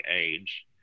age